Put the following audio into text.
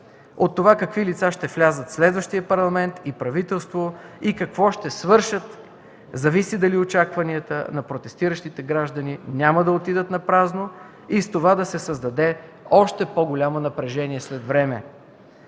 От това какви лица ще влязат в следващия парламент и правителство и какво ще свършат, зависи дали очакванията на протестиращите граждани няма да отидат напразно и с това да се създаде още по-голямо напрежение след време.